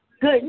Good